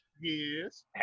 Yes